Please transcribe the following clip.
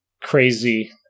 crazy